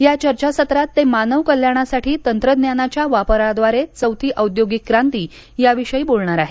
या चर्चासत्रात ते मानव कल्याणासाठी तंत्रज्ञानाच्या वापराद्वारे चौथी औद्योगिक क्रांती याविषयी बोलणार आहेत